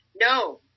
No